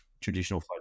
traditional